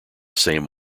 same